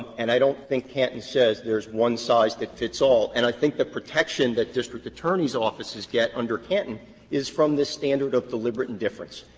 and i don't think canton says there is one size that fits all. and i think the protection that district attorney's offices get from canton is from the standard of deliberate indifference.